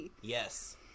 yes